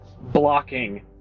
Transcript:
blocking